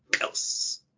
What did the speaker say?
else